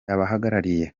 abahagarariye